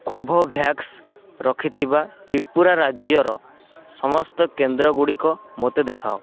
Covovax ରଖିଥିବା ତ୍ରିପୁରା ରାଜ୍ୟର ସମସ୍ତ କେନ୍ଦ୍ରଗୁଡ଼ିକ ମୋତେ ଦେଖାଅ